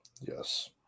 Yes